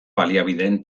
baliabideen